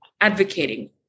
advocating